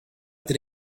that